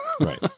Right